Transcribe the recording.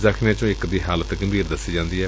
ਜ਼ਖ਼ਮੀਆਂ ਰੋਂ ਇਕ ਦੀ ਹਾਲਤ ਗੰਭੀਰ ਦੱਸੀ ਜਾਂਦੀ ਏ